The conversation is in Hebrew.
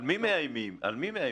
על מי מאיימים, יובל?